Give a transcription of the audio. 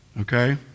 Okay